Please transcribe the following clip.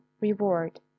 reward